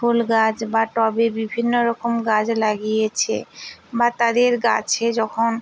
ফুল গাছ বা টবে বিভিন্নরকম গাছ লাগিয়েছে বা তাদের গাছে যখন